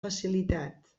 facilitat